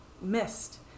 missed